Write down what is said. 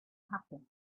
happen